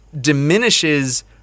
diminishes